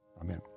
Amen